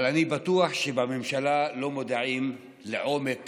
אבל אני בטוח שבממשלה לא מודעים לעומק